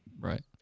Right